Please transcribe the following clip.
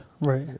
right